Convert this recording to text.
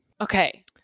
Okay